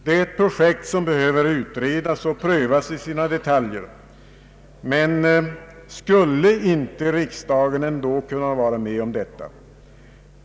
Det är ett projekt som behöver utredas och prövas i sina detaljer, men skulle icke riksdagen ändå kunna vara med om detta?